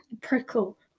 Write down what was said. prickle